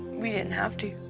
we didn't have to.